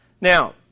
Now